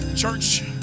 Church